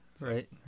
Right